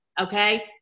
Okay